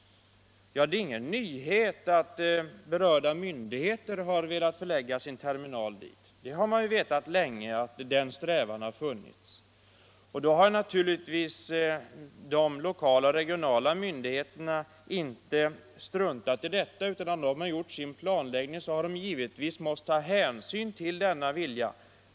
Det är ingen nyhet att berörda myndigheter har velat förlägga sina terminaler dit. Man har länge vetat att denna strävan funnits, och de lokala och regionala myndigheterna har naturligtvis inte struntat i detta utan har i sin planläggning varit skyldiga att ta hänsyn till denna önskan.